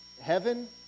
heaven